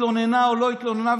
התלוננה או לא התלוננה,